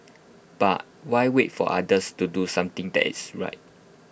but why wait for others to do something that is right